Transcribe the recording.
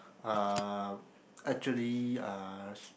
uh actually uh